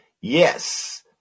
yes